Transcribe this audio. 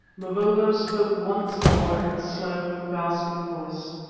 mavovo spoke once more in a slow, gasping voice.